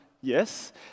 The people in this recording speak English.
yes